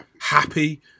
happy